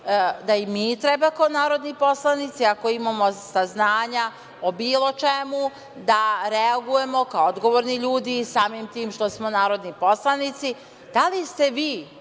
da i mi treba kao narodni poslanici ako imamo saznanja o bilo čemu da reagujemo kao odgovorni ljudi i samim tim što smo narodni poslanici, da li ste vi